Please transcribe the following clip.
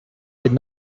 did